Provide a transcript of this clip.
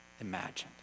imagined